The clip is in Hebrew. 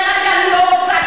זה מה שאני לא רוצה,